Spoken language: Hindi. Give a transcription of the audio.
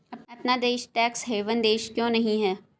अपना देश टैक्स हेवन देश क्यों नहीं है?